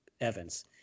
Evans